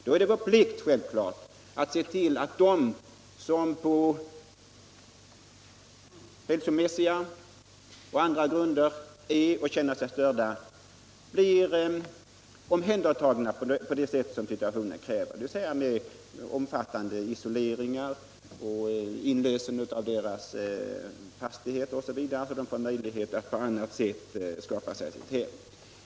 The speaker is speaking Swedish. Det är då vår plikt att se till att de som av hälsoskäl eller andra skäl känner sig störda blir hjälpta på det sätt som situationen kräver, dvs. genom omfattande isoleringar eller genom inlösen av deras fastigheter så att de får möjlighet att skaffa ett annat hem.